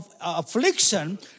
affliction